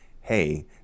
hey